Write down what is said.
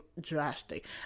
drastic